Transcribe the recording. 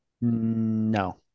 No